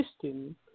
system